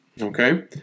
Okay